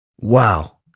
Wow